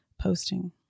Posting